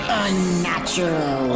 unnatural